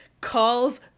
calls